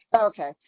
Okay